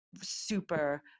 super